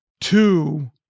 Two